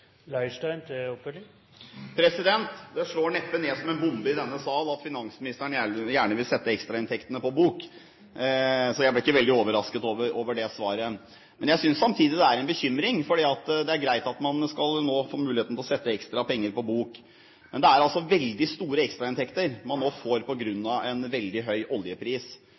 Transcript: Det slår neppe ned som en bombe i denne sal at finansministeren gjerne vil sette ekstrainntektene på bok. Så jeg ble ikke veldig overrasket over det svaret. Men jeg synes samtidig det er en bekymring, for det er greit at man nå skal få muligheten til å sette ekstra penger på bok. Men det er altså veldig store ekstrainntekter man nå får på grunn av en veldig høy oljepris.